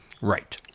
Right